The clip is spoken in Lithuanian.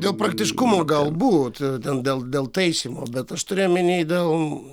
dėl praktiškumo galbūt ten dėl dėl taisymo bet aš turiu omeny dėl